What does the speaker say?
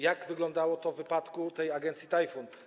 Jak wyglądało to w wypadku agencji Tajfun?